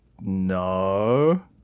No